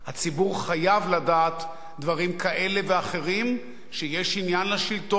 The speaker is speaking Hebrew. הציבור חייב לדעת דברים כאלה ואחרים שיש עניין לשלטון,